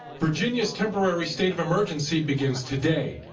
virginia's temporary state of emergency begins today.